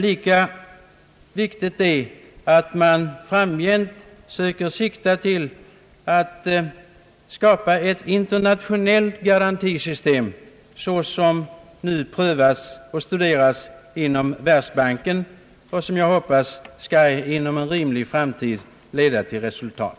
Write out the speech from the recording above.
Lika viktigt är att man framgent siktar till att skapa internationellt garantisystem såsom nu studeras inom Världsbanken och som jag hoppas inom en rimlig framtid skall leda till resultat.